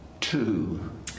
Two